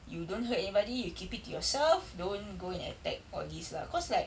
you don't hurt anybody you keep it to yourself don't go and attack all these lah cause like